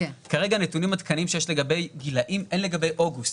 כרגע הנתונים העדכניים שיש לגבי גילאים אין לגבי אוגוסט,